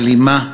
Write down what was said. אלימה,